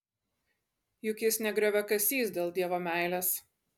juk jis ne grioviakasys dėl dievo meilės